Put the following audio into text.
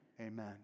Amen